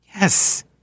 Yes